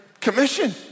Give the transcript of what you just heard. commission